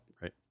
right